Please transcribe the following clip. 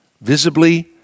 visibly